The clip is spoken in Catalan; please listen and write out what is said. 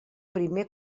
primer